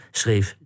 schreef